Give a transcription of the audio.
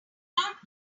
not